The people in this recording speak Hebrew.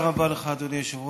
תודה רבה לך, אדוני היושב-ראש.